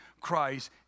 Christ